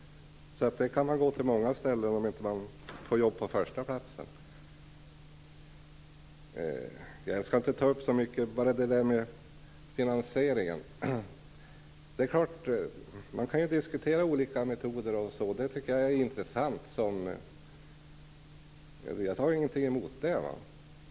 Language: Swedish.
Så man kan gå till många ställen om man inte får jobb på första platsen. Jag skall inte ta upp så mycket, utan bara säga något om finansieringen. Man kan diskutera olika metoder. Det tycker jag är intressant. Jag har ingenting emot det.